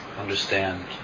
understand